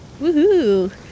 Woohoo